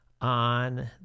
On